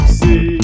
see